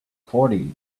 quarry